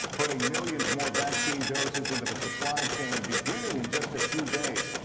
putting millions more vaccine doses into the supply chain beginning in just a few days.